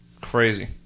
Crazy